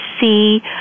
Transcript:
see